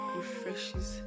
refreshes